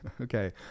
okay